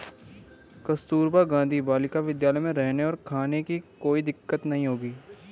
कस्तूरबा गांधी बालिका विद्यालय में रहने और खाने की कोई दिक्कत नहीं होगी